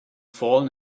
fallen